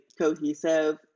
cohesive